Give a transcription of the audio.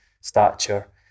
stature